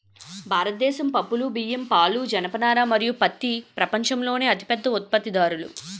భారతదేశం పప్పులు, బియ్యం, పాలు, జనపనార మరియు పత్తి ప్రపంచంలోనే అతిపెద్ద ఉత్పత్తిదారులు